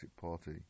party